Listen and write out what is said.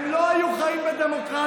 הם לא היו חיים בדמוקרטיה.